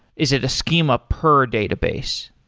is it a schema per database?